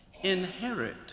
inherit